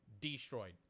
destroyed